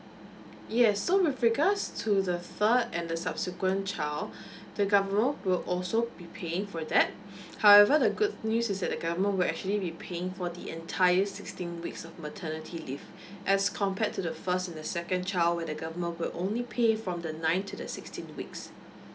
yes so with regards to the third and the subsequent child the government will also be paying for that however the good news is that the governemt will actually be paying for the entire sixteen weeks of maternity leave as compared to the first and the second child the government will only pay from the ninth to the sixteenth weeks